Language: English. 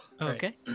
Okay